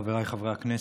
חבריי חברי הכנסת,